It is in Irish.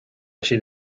siad